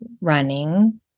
running